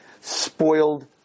spoiled